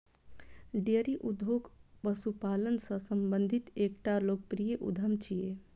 dairy उद्योग पशुपालन सं संबंधित एकटा लोकप्रिय उद्यम छियै